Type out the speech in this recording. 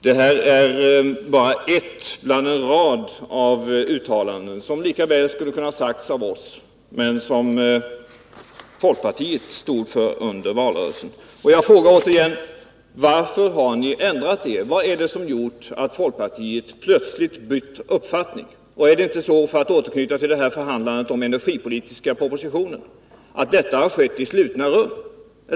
Det här är bara ett bland en rad uttalanden, som lika väl hade kunnat sägas av oss men som folkpartiet stod för under valrörelsen. Jag frågar återigen: Varför har ni ändrat er? Vad är det som har gjort att folkpartiet plötsligt bytt uppfattning? Är det inte så, för att återknyta till förhandlandet om den energipolitiska propositionen, att detta har skett i slutna rum?